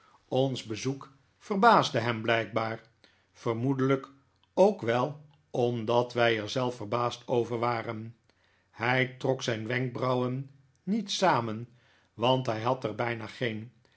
ons bezoek verbaasde hem blijkbaar vermoedelijk ook wel omdat wij er zelf verbaasd over waren hij trok zijn wenkbrauwen niet samen want hij had er bijna geen